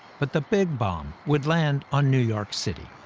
but the big bomb would land on new york city.